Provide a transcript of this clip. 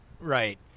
Right